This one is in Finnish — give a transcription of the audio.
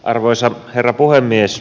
arvoisa herra puhemies